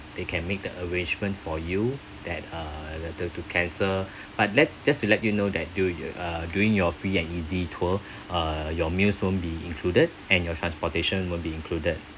they can make the arrangement for you that uh the the to cancel but let just to let you know that you uh during your free and easy tour uh your meals won't be included and your transportation won't be included